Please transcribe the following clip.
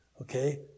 Okay